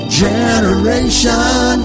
generation